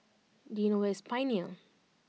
do you know where is Pioneer